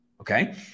Okay